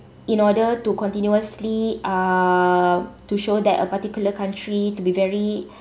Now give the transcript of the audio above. in order to continuously uh to show that a particular country to be very